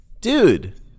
Dude